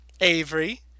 Avery